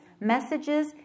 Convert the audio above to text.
messages